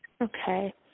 Okay